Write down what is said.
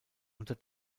unter